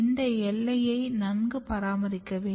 இந்த எல்லையை நன்கு பராமரிக்க வேண்டும்